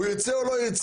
הוא ירצה או לא ירצה,